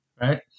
Right